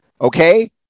Okay